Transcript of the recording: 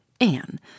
Anne